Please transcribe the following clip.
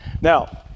Now